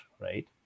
right